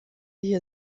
hier